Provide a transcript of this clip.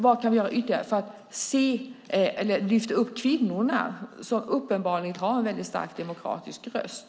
Vad kan vi göra ytterligare för att lyfta upp kvinnorna, som uppenbarligen har en väldigt stark demokratisk röst?